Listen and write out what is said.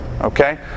Okay